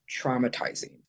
traumatizing